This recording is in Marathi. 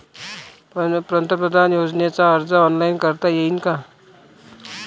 पंतप्रधान योजनेचा अर्ज ऑनलाईन करता येईन का?